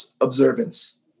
observance